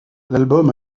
l’album